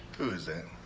who is that?